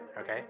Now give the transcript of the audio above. okay